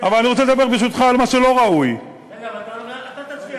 אתה תצביע